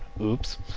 Oops